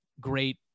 great